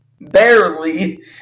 barely